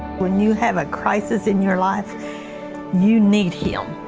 when you have a crisis in your life you need him.